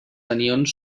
anions